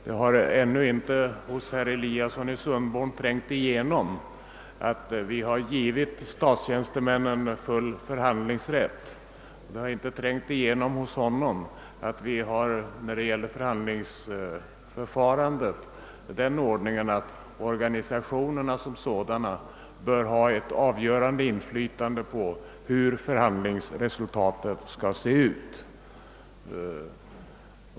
Hos herr Eliasson i Sundborn har det ännu inte trängt igenom att vi har givit statstjänstemännen full förhandlingsrätt, och det har inte heller trängt igenom att vi beträffande förhandlingsförfarandet tillämpar den ordningen att organisationerna själva bör ha ett avgörande inflytande på hur förhandlingsresultatet skall bli.